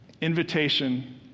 invitation